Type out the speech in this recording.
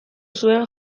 zuen